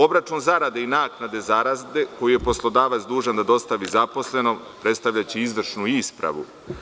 Obračun zarade i naknade zarade koji je poslodavac dužan da dostavi zaposlenom predstavljaće izvršnu ispravu.